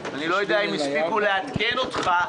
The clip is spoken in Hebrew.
אני לא יודע אם הספיקו לעדכן אותך,